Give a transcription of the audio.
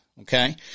okay